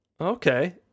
Okay